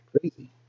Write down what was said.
crazy